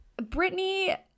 Britney